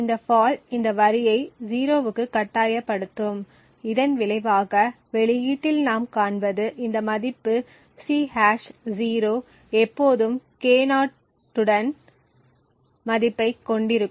இந்த ஃபால்ட் இந்த வரியை 0 க்கு கட்டாயப்படுத்தும் இதன் விளைவாக வெளியீட்டில் நாம் காண்பது இந்த மதிப்பு C ஹாஷ் 0 எப்போதும் K0 இன் மதிப்பைக் கொண்டிருக்கும்